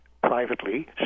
privately